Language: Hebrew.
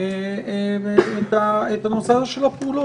את נושא הפעולות.